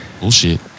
Bullshit